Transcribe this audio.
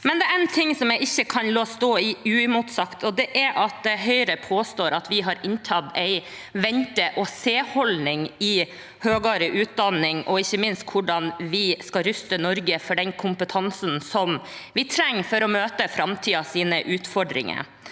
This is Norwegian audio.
én ting jeg ikke kan la stå uimotsagt, og det er at Høyre påstår at vi har inntatt en vente-og-se-holdning innen høyere utdanning og ikke minst i hvordan vi skal ruste Norge med tanke på den kompetansen vi trenger for å møte framtidens utfordringer.